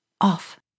Off